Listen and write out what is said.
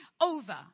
over